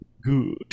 Good